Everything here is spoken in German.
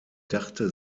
dachte